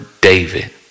David